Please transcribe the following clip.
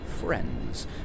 friends